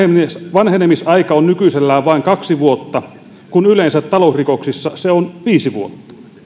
vanhenemisaika on nykyisellään vain kaksi vuotta kun yleensä talousrikoksissa se on viisi vuotta